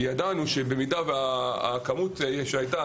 כי ידענו שבמידה והכמות שהייתה,